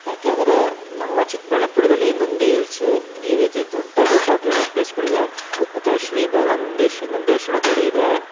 ಯಾಕೆಂದರೆ ನಮ್ಮ ಚಿಕ್ಕಬಳ್ಳಾಪುರ್ದಲ್ಲಿ ನಂದಿ ಇಲ್ಸು ಈ ರೀತಿ ದೊಡ್ಡ ದೊಡ್ಡ ಟೂರಿಸ್ಟ್ ಪ್ಲೇಸ್ಗಳಿದೆ ಮತ್ತು ಶ್ರೀ ಭೋಗ ನಂದೇಶ ನಂದೇಶ್ವರ ಗುಡಿ ಇದೆ